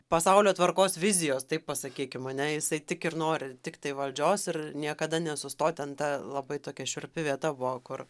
pasaulio tvarkos vizijos taip pasakykim ane jisai tik ir nori tiktai valdžios ir niekada nesustot ten ta labai tokia šiurpi vieta buvo kur